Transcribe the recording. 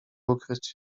ukryć